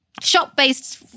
shop-based